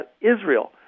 Israel